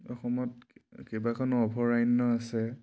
অসমত কেইবাখনো অভয়াৰণ্য আছে